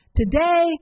today